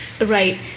Right